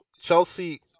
Chelsea